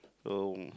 oh